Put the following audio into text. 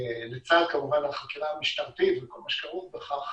לצד כמובן החקירה המשטרתית וכל מה שכרוך בכך,